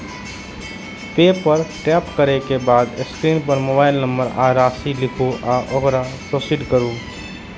पे पर टैप करै के बाद स्क्रीन पर मोबाइल नंबर आ राशि लिखू आ ओकरा प्रोसीड करू